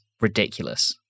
ridiculous